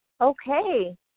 Okay